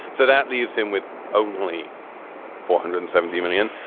so that leaves him with only four hundred and seventy million